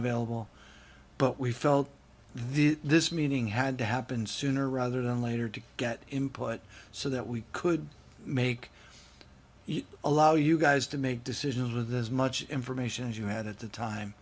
available but we felt the this meeting had to happen sooner rather than later to get input so that we could make it allow you guys to make decisions with as much information as you had at the time